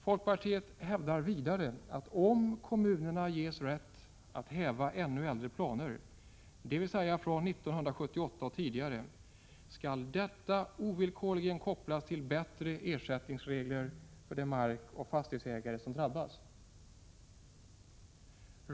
Folkpartiet hävdar vidare att om kommunerna ges rätt att häva ännu äldre planer, dvs. planer från 1978 och tidigare, skall detta ovillkorligen kopplas till bättre ersättningsregler för de markoch fastighetsägare som drabbats.